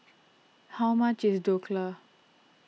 how much is Dhokla